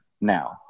now